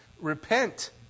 repent